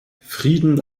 frieden